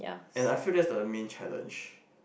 and I feel that's the main challenge